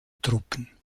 truppen